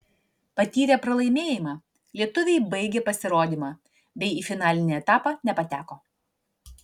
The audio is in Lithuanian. patyrę pralaimėjimą lietuviai baigė pasirodymą bei į finalinį etapą nepateko